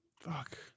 Fuck